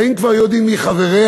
האם כבר יודעים מי חבריה?